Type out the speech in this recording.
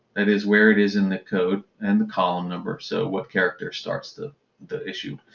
that is where it is in the code and the column number. so what character starts the the issue?